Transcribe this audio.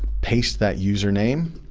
paste that username,